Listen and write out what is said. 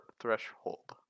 threshold